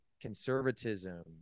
conservatism